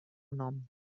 nom